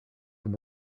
them